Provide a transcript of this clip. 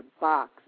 box